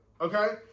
okay